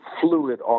fluid